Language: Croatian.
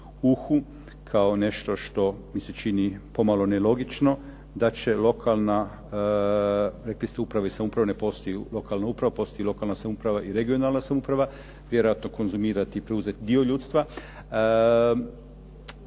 u uhu kao nešto što mi se čini pomalo nelogično, da će lokalna, rekli ste uprava i samouprava ne postoji, lokalna uprava, postoji lokalna samouprava i regionalna samouprava. Vjerojatno konzumirati i preuzeti dio ljudstva.